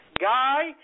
guy